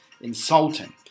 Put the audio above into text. insulting